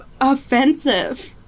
offensive